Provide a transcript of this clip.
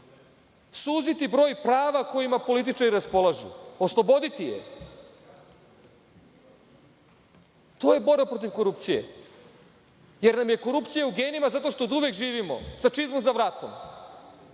suziti broj prava kojima političari raspolažu, osloboditi je. To je borba protiv korupcije, jer nam je korupcija u genima zato što oduvek živimo sa čizmom za vratom,